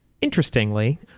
interestingly